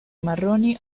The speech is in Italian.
marroni